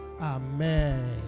Amen